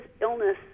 illness